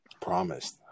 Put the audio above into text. Promised